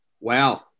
Wow